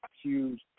huge